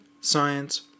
Science